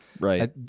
Right